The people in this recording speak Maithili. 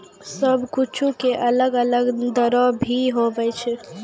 सब कुछु के अलग अलग दरो भी होवै छै